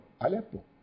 Aleppo